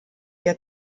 der